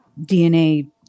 DNA